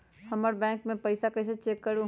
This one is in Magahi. हमर बैंक में पईसा कईसे चेक करु?